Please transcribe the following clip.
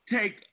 take